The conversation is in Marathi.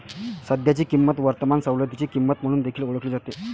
सध्याची किंमत वर्तमान सवलतीची किंमत म्हणून देखील ओळखली जाते